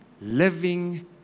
living